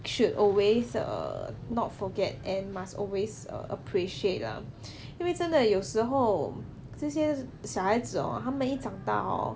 should always err not forget and must always err appreciate lah 因为真的有时候这些小孩子 hor 他们一长大 hor